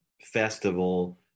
festival